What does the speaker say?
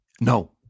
No